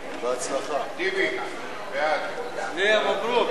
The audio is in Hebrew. לבחור את חברת הכנסת ליה שמטוב לסגנית ליושב-ראש הכנסת נתקבלה.